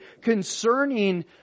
concerning